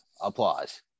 Applause